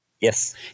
Yes